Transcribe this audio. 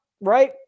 right